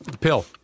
Pill